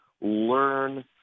learn